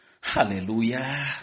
Hallelujah